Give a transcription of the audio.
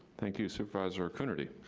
thank you. supervisor coonerty.